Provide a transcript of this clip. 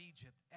Egypt